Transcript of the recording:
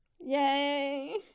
Yay